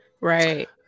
Right